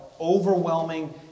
overwhelming